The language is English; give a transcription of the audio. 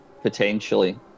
potentially